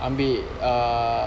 ambil uh